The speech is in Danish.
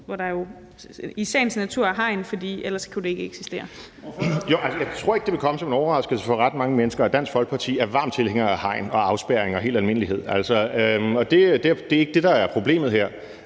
Ordføreren. Kl. 14:43 Morten Messerschmidt (DF): Jeg tror ikke, det vil komme som en overraskelse for ret mange mennesker, at Dansk Folkeparti er varm tilhænger af hegn og afspærringer i al almindelighed. Det er ikke det, der er problemet her.